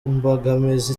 imbogamizi